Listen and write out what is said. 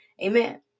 amen